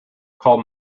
call